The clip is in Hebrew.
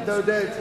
ואתה יודע את זה.